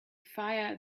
fire